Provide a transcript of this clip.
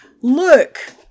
look